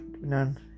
none